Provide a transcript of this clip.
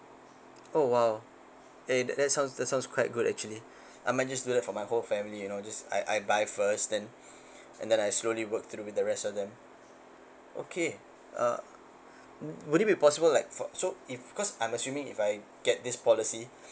oh !wow! eh that sounds that sounds quite good actually I might just do that for my whole family you know just I I buy first then and then I slowly work through with the rest of them okay uh would it be possible like for so if cause I'm assuming if I get this policy